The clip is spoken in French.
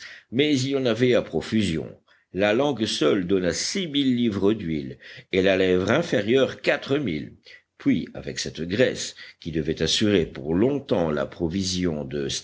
mais il y en avait à profusion la langue seule donna six mille livres d'huile et la lèvre inférieure quatre mille puis avec cette graisse qui devait assurer pour longtemps la provision de